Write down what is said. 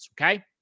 Okay